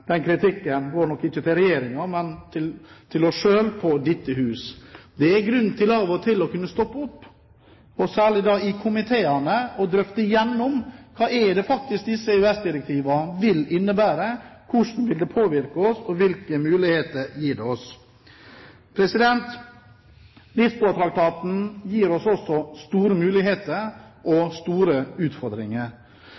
Den kritikken går ikke til Regjeringen, men til oss selv i dette hus. Av og til er det grunn til å stoppe opp – særlig komiteene – for å drøfte igjennom hva disse EØS-direktivene vil innebære, hvordan de vil påvirke oss og hvilke muligheter de gir oss. Lisboa-traktaten gir oss også store muligheter og